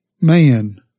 man